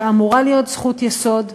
שאמורה להיות זכות יסוד,